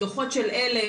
דו"חות של עלם,